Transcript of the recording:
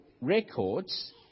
records